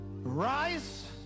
rise